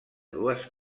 dues